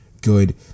good